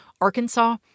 Arkansas